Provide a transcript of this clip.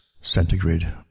centigrade